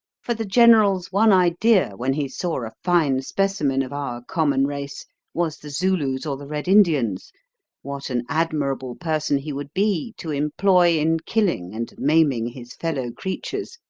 for the general's one idea when he saw a fine specimen of our common race was the zulu's or the red indian's what an admirable person he would be to employ in killing and maiming his fellow-creatures!